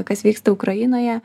kas vyksta ukrainoje